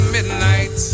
Midnight